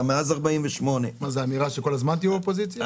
מאז 1948. זה אמירה שכל הזמן תהיו אופוזיציה?